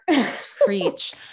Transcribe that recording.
preach